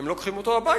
הם לוקחים אותו הביתה.